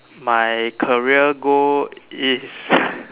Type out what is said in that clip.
my career goal is